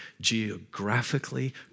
geographically